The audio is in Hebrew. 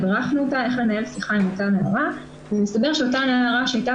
הדרכנו אותה איך לנהל שיחה עם אותה נערה ומסתבר שאותה נערה שהייתה